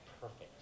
perfect